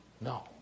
No